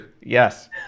Yes